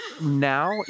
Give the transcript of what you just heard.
now